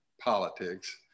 politics